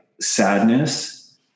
sadness